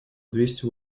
двести